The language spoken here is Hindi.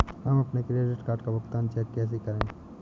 हम अपने क्रेडिट कार्ड का भुगतान चेक से कैसे करें?